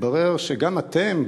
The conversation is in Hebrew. מתברר שגם אתם,